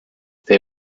they